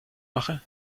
mache